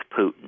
Putin